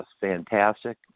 fantastic